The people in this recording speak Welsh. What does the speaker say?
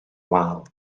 wal